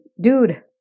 dude